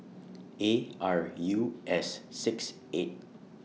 A R U S six eight